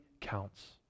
counts